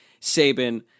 Saban